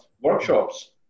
workshops